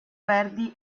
verdi